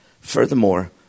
Furthermore